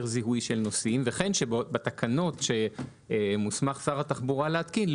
זיהוי של נושאים וכן בתקנות שמוסמך שר התחבורה להתקין,